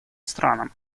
странам